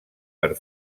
per